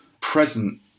Present